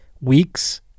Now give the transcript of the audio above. weeks